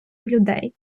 людей